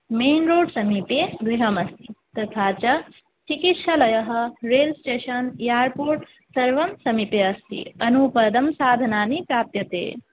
men road समीपे गृहमस्ति तथा च चिकित्सालयः रेल् स्टेशन् यारपोर्ट् सर्वं समीपे अस्ति अनुपदं साधनानि प्राप्यन्ते